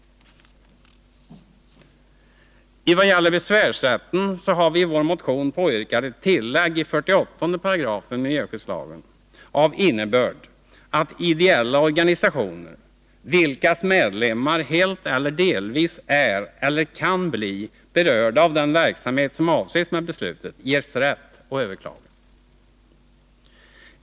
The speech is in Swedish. När det gäller besvärsrätten har vi i vår motion påyrkat ett tillägg i 48 § miljöskyddslagen av innebörd att ideella organisationer, vilkas medlemmar helt eller delvis är eller kan bli berörda av den verksamhet som avses med beslutet, ges rätt att överklaga.